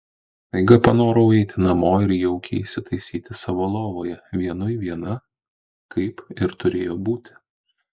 staiga panorau eiti namo ir jaukiai įsitaisyti savo lovoje vienui viena kaip ir turėjo būti